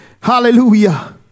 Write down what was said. Hallelujah